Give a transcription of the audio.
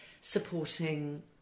supporting